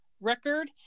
record